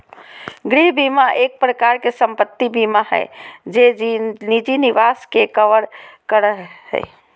गृह बीमा एक प्रकार से सम्पत्ति बीमा हय जे निजी निवास के कवर करो हय